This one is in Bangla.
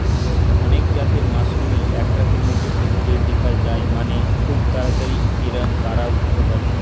অনেক জাতের মাশরুমই এক রাতের মধ্যেই ফলতে দিখা যায় মানে, খুব তাড়াতাড়ি এর বাড়া ঘটতে পারে